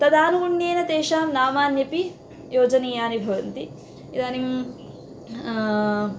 तदानुगुण्येन तेषां नामान्यपि योजनीयानि भवन्ति इदानीं